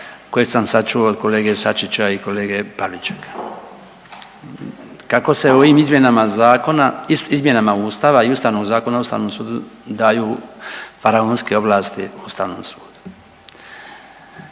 koje sam sad čuo od kolege Sačića i kolege Pavličeka, kako se ovim izmjenama zakona, izmjenama ustava i Ustavnog zakona o ustavnom sudu daju faraonske ovlasti ustavnom sudu.